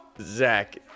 Zach